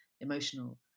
emotional